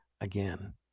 again